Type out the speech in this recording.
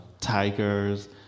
tigers